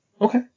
Okay